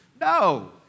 No